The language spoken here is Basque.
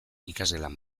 ikasgelan